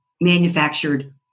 manufactured